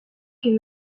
que